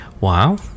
wow